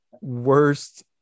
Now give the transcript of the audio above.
worst